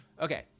Okay